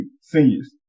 seniors